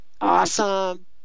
Awesome